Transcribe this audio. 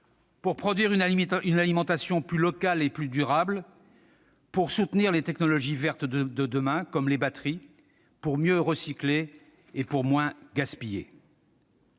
produire une alimentation plus locale et durable, soutenir les technologies vertes de demain comme les batteries, mieux recycler et moins gaspiller.